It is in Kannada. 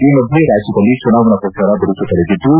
ಈ ಮಧ್ಯೆ ರಾಜ್ಯದಲ್ಲಿ ಚುನಾವಣಾ ಪ್ರಚಾರ ಬಿರುಸುಪಡೆದಿದ್ದು